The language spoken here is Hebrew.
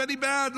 אני בעד,